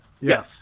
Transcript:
Yes